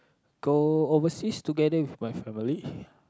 go overseas together with my family